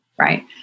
right